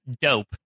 dope